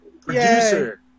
producer